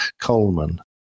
Coleman